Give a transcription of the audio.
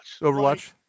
Overwatch